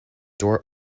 door